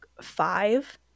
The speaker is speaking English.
five